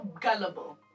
gullible